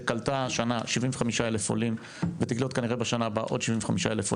שקלטה השנה 75,000 ותקלוט כנראה בשנה הבאה עוד 75,000,